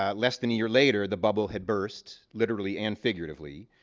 ah less than year later, the bubble had burst, literally and figuratively.